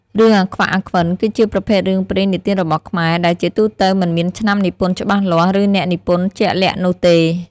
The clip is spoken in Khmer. រឿង អាខ្វាក់ អាខ្វិន គឺជាប្រភេទរឿងព្រេងនិទានរបស់ខ្មែរ ដែលជាទូទៅមិនមានឆ្នាំនិពន្ធច្បាស់លាស់ ឬអ្នកនិពន្ធជាក់លាក់នោះទេ។